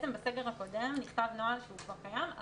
בסגר הקודם נכתב נוהל, שכבר קיים.